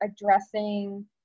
addressing